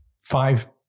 five